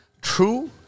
true